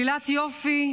כלילת יופי.